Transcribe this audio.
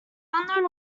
unknown